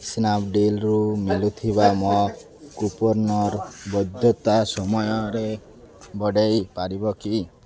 ସ୍ନାପ୍ଡ଼ିଲ୍ରୁ ମିଳୁଥିବା ମୋ କୁପନ୍ର ବୈଧତା ସମୟରେ ବଢ଼େଇ ପାରିବ କି